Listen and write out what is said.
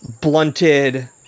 blunted